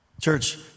Church